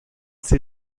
sie